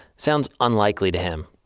sounds unlikely to him.